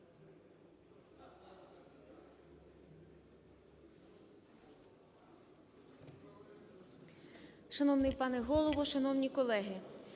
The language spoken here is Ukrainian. Шановний пане Голово! Шановні колеги!